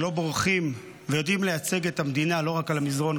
שלא בורחים ויודעים לייצג את המדינה לא רק על המזרן,